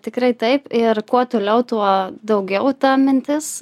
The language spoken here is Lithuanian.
tikrai taip ir kuo toliau tuo daugiau ta mintis